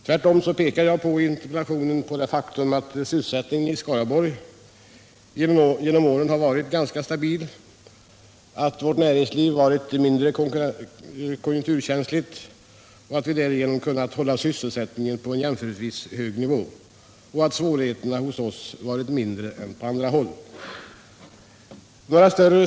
Tvärtom pekar jag i interpellationen på det faktum att sysselsättningen i Skaraborgs län genom åren har varit ganska stabil, att vårt näringsliv varit mindre konjunkturkänsligt, att vi därigenom kunnat hålla sysselsättningen på en jämförelsevis hög nivå och att svårigheterna hos oss varit mindre än på andra håll.